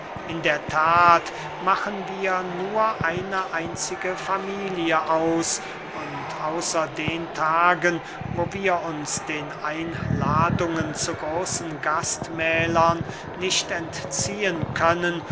in der that machen wir nur eine einzige familie aus und außer den tagen wo wir uns den einladungen zu großen gastmählern nicht entziehen können